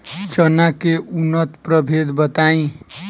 चना के उन्नत प्रभेद बताई?